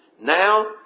Now